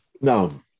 No